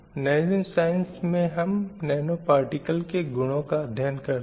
nano science में हम nano particle के गुणों का अध्ययन करते हैं